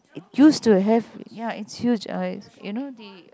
it used to have ya it's huge I you know the